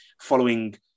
following